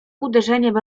uderzeniem